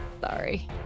Sorry